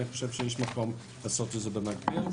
ויש מקום לעשות את זה במקביל.